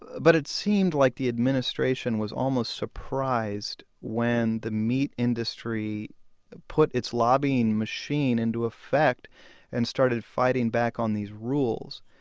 but it seemed like the administration was almost surprised when the meat industry put its lobbying machine into effect and started fighting back on these rules.